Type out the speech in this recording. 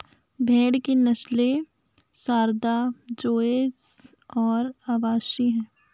भेड़ की नस्लें सारदा, चोइस और अवासी हैं